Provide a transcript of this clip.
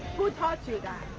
goodbye today